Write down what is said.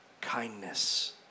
kindness